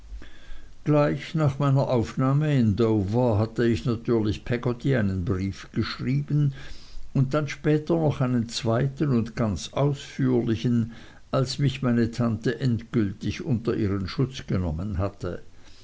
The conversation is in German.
gleich nach meiner aufnahme in dover hatte ich natürlich peggotty einen brief geschrieben und dann später noch einen zweiten und ganz ausführlichen als mich meine tante endgültig unter ihren schutz genommen hatte